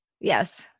Yes